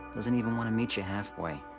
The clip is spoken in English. doesn't even wanna meet you halfway.